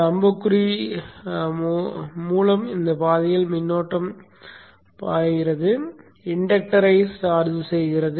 அம்புக்குறி மூலம் இந்த பாதையில் மின்னோட்டம் பாய்கிறது இண்டக்டர்ஐ சார்ஜ் செய்கிறது